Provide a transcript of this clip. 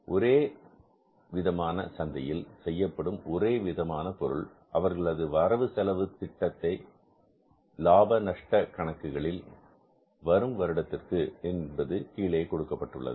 ஒரே விதமான சந்தையில் செய்யப்படும் ஒரே விதமான பொருள் அவர்களது வரவு செலவு திட்டமிடப்பட்ட லாப நஷ்ட கணக்கு வரும் வருடத்திற்கு என்பது கீழே கொடுக்கப்பட்டுள்ளது